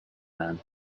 man